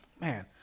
man